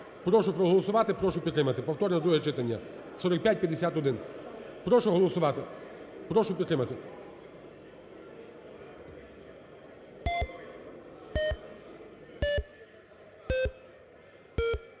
Прошу проголосувати, прошу підтримати повторне друге читання 4551. Прошу голосувати, прошу підтримати.